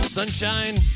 sunshine